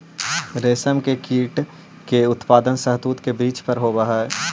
रेशम के कीट के उत्पादन शहतूत के वृक्ष पर होवऽ हई